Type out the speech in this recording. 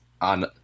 on